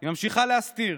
היא ממשיכה להסתיר.